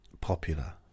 popular